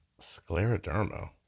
Scleroderma